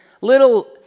little